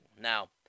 Now